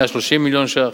130 מיליון שקלים.